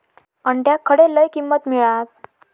अंड्याक खडे लय किंमत मिळात?